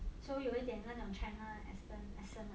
so 有一点那种 china accent ah